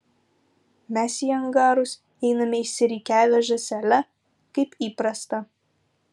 mes į angarus einame išsirikiavę žąsele kaip įprasta